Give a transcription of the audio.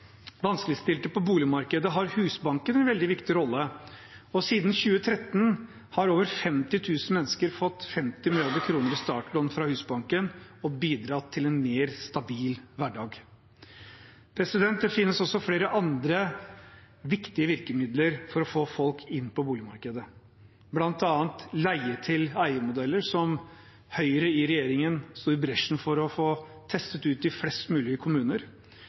vanskeligstilte inn på boligmarkedet har Husbanken en veldig viktig rolle. Siden 2013 har over 50 000 mennesker fått 50 mrd. kr i startlån fra Husbanken, noe som har bidratt til en mer stabil hverdag. Det finnes også flere andre viktige virkemidler for å få folk inn på boligmarkedet, bl.a. leie-til-eie-modeller, som Høyre i regjering sto i bresjen for å få testet ut i flest mulig kommuner,